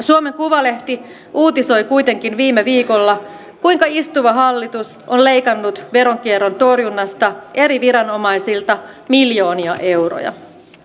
suomen kuvalehti uutisoi kuitenkin viime viikolla kuinka istuva hallitus on leikannut veronkierron torjunnasta eri viranomaisilta miljoonia euroja